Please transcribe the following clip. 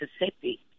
Mississippi